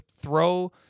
throw